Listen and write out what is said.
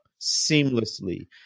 seamlessly